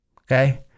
Okay